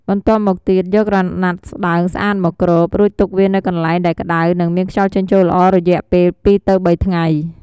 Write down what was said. បន្ទាប់មកទៀត យកក្រណាត់ស្តើងស្អាតមកគ្រប់ រួចទុកវានៅកន្លែងដែលក្តៅ និងមានខ្យល់ចេញចូលល្អ រយៈពេល ២-៣ ថ្ងៃ។